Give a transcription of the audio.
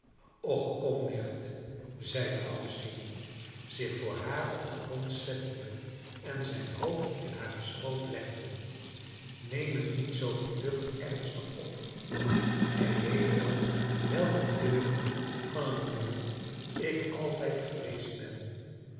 och kom nicht zeide augustine zich voor haar op den grond zettende en zijn hoofd in haren schoot leggende neem het niet zoo geducht ernstig op gij weet wel welk een deugniet van een jongen ik altijd geweest ben